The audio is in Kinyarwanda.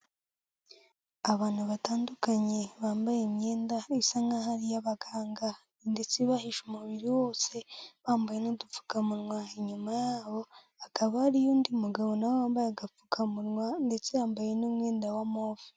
Abantu batandukanye bambaye imyenda isa nkaho ari iy'abaganga ndetse bahishe umubiri wose bambaye n'udupfukamunwa, inyuma y'abo hakaba hariyo undi mugabo na we wambaye agapfukamunwa ndetse yambaye n'umwenda wa move.